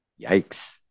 yikes